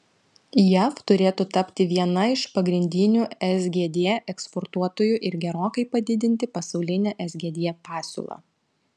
jav turėtų tapti viena iš pagrindinių sgd eksportuotojų ir gerokai padidinti pasaulinę sgd pasiūlą